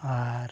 ᱟᱨ